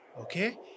Okay